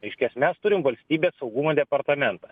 reiškias mes turim valstybės saugumo departamentą